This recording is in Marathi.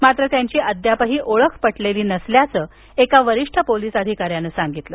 मात्र त्यांची अद्यापही ओळख पटलेली नसल्याचं एका वरिष्ठ पोलीस अधिकार्यांनं सांगितलं